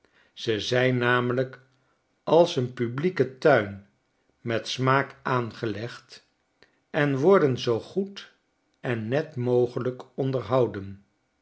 ze zijn namelijk als een publieke tuin met smaak aangelegd en worden zoo goed en net mogelijk onderhouden